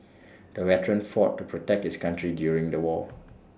the veteran fought to protect his country during the war